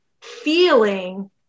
feeling